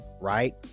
right